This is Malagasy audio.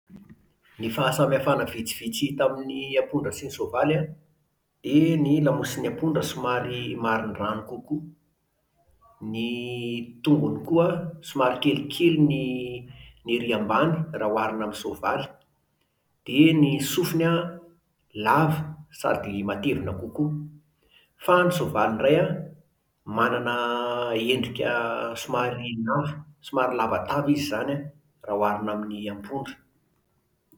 Ny fahasamihafana vitsivitsy hita amin'ny ampondra sy ny soavaly an dia ny lamosin'ny ampondra somary marindrano kokoa. Ny tongony koa an somary kelikely ny ny ery ambany raha oharina amin'ny soavaly. Dia ny sofiny an lava sady matevina kokoa. Fa ny soavaly ndray an, manana endrika somary lava, somary lava tava izy izany an raha oharina amin'ny ampondra